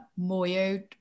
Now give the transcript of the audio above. Moyo